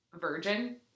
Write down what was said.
virgin